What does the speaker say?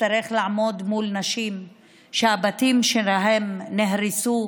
ואצטרך לעמוד מול נשים שהבתים שלהן נהרסו